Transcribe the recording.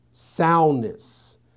soundness